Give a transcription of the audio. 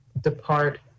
depart